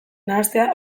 nahastea